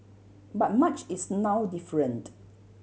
but much is now different